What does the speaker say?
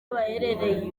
baherereye